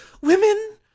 women